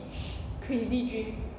crazy dream